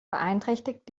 beeinträchtigt